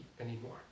anymore